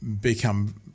become